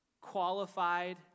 qualified